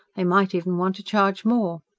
they might even want to charge more.